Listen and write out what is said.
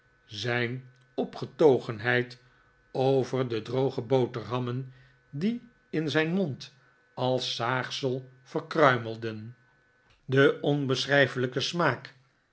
zijn opgetogenheid over de droge boterhammen die in zijn mond als zaagsel verkruimelden ma art en chuzzlewit de ohbeschrijfelijke smaak